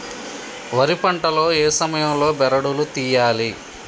వరి పంట లో ఏ సమయం లో బెరడు లు తియ్యాలి?